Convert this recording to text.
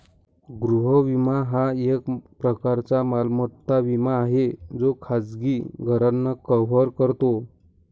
गृह विमा हा एक प्रकारचा मालमत्ता विमा आहे जो खाजगी घरांना कव्हर करतो